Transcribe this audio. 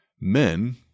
Men